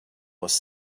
was